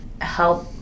help